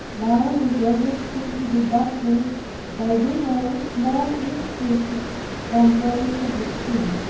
thou reservest me to be battered by billows, more irritated than those of the sea.